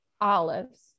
olives